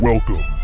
Welcome